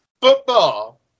football